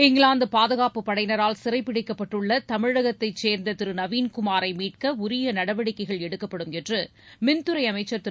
இங்கிலாந்து பாதுகாப்பு படையினரால் சிறைப்பிடிக்கப்பட்டுள்ள தமிழகத்தைச் சேர்ந்த திரு நவீன்குமாரை மீட்க உரிய நடவடிக்கைகள் எடுக்கப்படும் என்று மின்துறை அமைச்சர் திரு